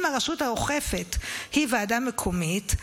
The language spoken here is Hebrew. אם הרשות האוכפת היא ועדה מקומית,